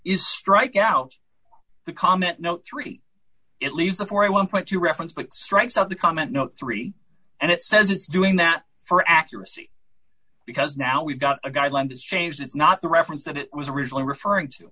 is strike out the comment no three it leaves the four at one point you reference but strikes out the comment no three and it says it's doing that for accuracy because now we've got a guideline this change that's not the reference that it was originally referring to